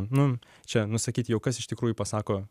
nu čia nusakyti jau kas iš tikrųjų pasako